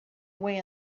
way